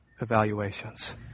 evaluations